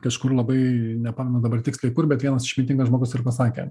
kažkur labai nepamenu dabar tiksliai kur bet vienas išmintingas žmogus ir pasakė